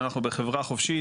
אנחנו בחברה חופשית,